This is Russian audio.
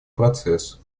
процесс